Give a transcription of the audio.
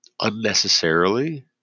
unnecessarily